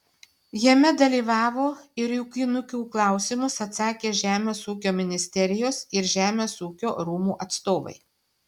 jame dalyvavo ir į ūkininkų klausimus atsakė žemės ūkio ministerijos ir žemės ūkio rūmų atstovai